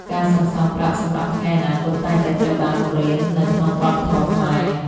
ការសន្សំប្រាក់សម្រាប់ថ្ងៃអនាគត តែងតែត្រូវបានបង្រៀននៅក្នុងវប្បធម៌ខ្មែរ។